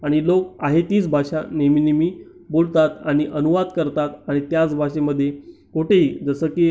आणि लोक आहे तीच भाषा नेहमी नेहमी बोलतात आणि अनुवाद करतात आणि त्याच भाषेमध्ये कोठेही जसं की